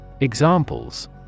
Examples